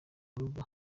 rugo